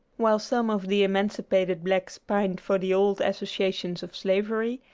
while some of the emancipated blacks pined for the old associations of slavery,